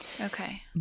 Okay